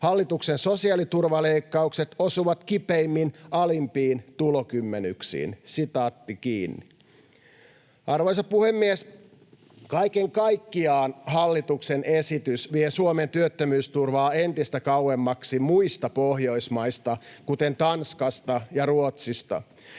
Hallituksen sosiaaliturvaleikkaukset osuvat kipeimmin alimpiin tulokymmenyksiin.” Arvoisa puhemies! Kaiken kaikkiaan hallituksen esitys vie Suomen työttömyysturvaa entistä kauemmaksi muista Pohjoismaista, kuten Tanskasta ja Ruotsista,